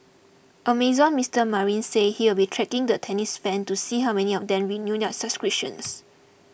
Amazon's Mister Marine says he will be tracking the tennis fan to see how many of them renew their subscriptions